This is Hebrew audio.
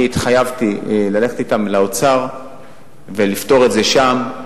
אני התחייבתי ללכת אתם לאוצר ולפתור את זה שם.